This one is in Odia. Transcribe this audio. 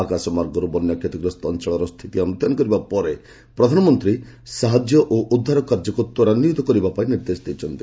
ଆକାଶମାର୍ଗରୁ ବନ୍ୟା କ୍ଷତିଗ୍ରସ୍ତ ଅଞ୍ଚଳର ସ୍ଥିତି ଅନୁଧ୍ୟାନ କରିବା ପରେ ପ୍ରଧାନମନ୍ତ୍ରୀ ସାହାଯ୍ୟ ଓ ଉଦ୍ଧାର କାର୍ଯ୍ୟକୁ ତ୍ୱରାନ୍ଧିତ କରିବା ପାଇଁ ନିର୍ଦ୍ଦେଶ ଦେଇଛନ୍ତି